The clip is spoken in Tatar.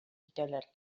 китәләр